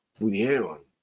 Pudieron